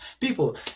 people